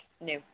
No